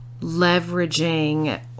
leveraging